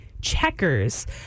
checkers